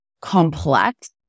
complex